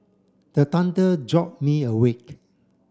the thunder jolt me awake